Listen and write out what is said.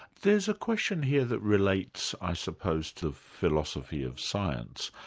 there's a question here that relates i suppose to philosophy of science.